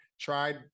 tried